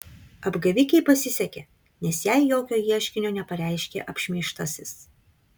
apgavikei pasisekė nes jai jokio ieškinio nepareiškė apšmeižtasis